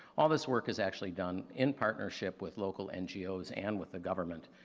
all this work is actually done in partnership with local ngos and with the government.